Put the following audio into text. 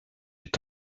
est